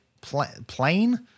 plain